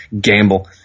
gamble